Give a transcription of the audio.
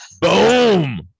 Boom